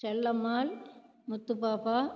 Chellammal Muthupappa